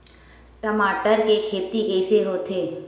टमाटर के खेती कइसे होथे?